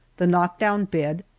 the knockdown bed,